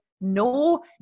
no